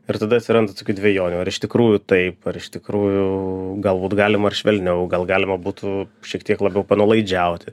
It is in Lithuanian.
ir tada atsiranda tokių dvejonių ar iš tikrųjų taip ar iš tikrųjų galbūt galima ir švelniau gal galima būtų šiek tiek labiau nuolaidžiauti